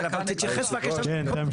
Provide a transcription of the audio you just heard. אני לא רוצה להאריך,